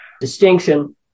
distinction